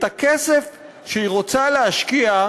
את הכסף שהיא רוצה להשקיע,